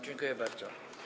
Dziękuję bardzo.